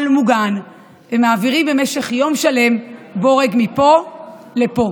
המיוחד וגם בתגמול של הצוות וגם בפעילויות החינוכיות,